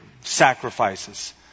sacrifices